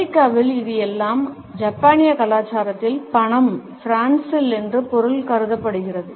அமெரிக்காவில் அது "அனைத்தும் சரி"என்றும் ஜப்பானிய கலாச்சாரத்தில் "பணம்" என்றும் பிரான்சில் "பூஜியம்" என்று பொருள்கருதப்படுகிறது